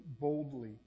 boldly